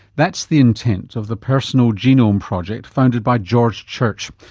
that's the intent of the personal genome project founded by george church.